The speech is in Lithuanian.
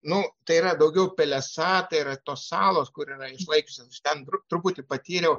nu tai yra daugiau pelesa tai yra yra tos salos kur yra išlaikiusios aš ten truputį patyriau